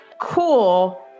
cool